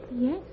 Yes